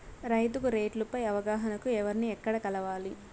రైతుకు రేట్లు పై అవగాహనకు ఎవర్ని ఎక్కడ కలవాలి?